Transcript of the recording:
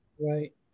right